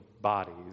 bodies